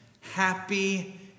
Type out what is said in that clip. happy